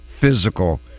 physical